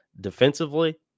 defensively